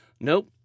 Nope